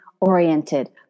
oriented